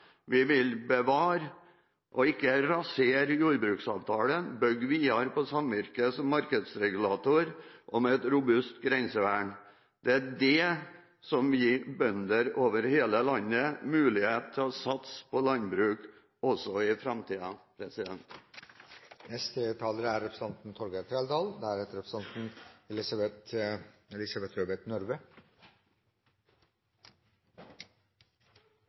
Vi vil bevare, ikke rasere, jordbruksavtalen, bygge videre på samvirke som markedsregulator og ha et robust grensevern. Det er dette som gir bønder over hele landet muligheter til å satse på landbruk, også i